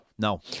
no